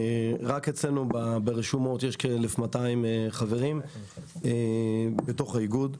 רק אצלנו ברשומות יש כ-1,200 חברים בתוך האיגוד.